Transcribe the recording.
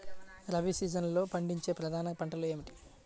రబీ సీజన్లో పండించే ప్రధాన పంటలు ఏమిటీ?